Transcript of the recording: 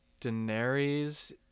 Daenerys